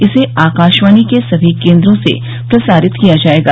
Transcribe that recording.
इसे आकाशवाणी के सभी केन्द्रों से प्रसारित किया जायेगा